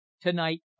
Tonight